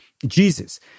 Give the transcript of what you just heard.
Jesus